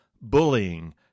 bullying